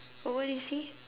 oh where is he